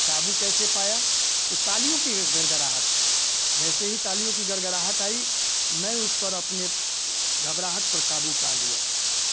काबू कैसे पाया तो तालियों की गड़गड़ाहट से जैसे ही तालियों की गड़गड़ाहट आई मैं उस पर अपने घबराहट पर काबू पा लिया